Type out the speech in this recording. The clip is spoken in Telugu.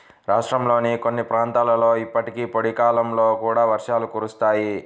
రాష్ట్రంలోని కొన్ని ప్రాంతాలలో ఇప్పటికీ పొడి కాలంలో కూడా వర్షాలు కురుస్తాయి